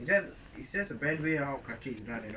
it it says a bad way how our country is run you know